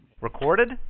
Recorded